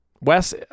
Wes